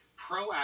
proactive